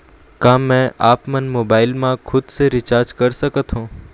का मैं आपमन मोबाइल मा खुद से रिचार्ज कर सकथों?